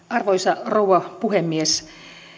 arvoisa rouva puhemies